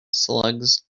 slugs